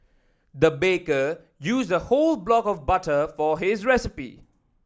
the baker used a whole block of butter for this recipe